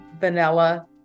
vanilla